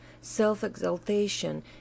self-exaltation